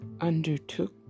undertook